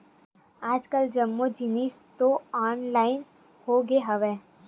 आज कल सब्बो जिनिस तो ऑनलाइन होगे हवय